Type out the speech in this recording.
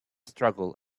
struggle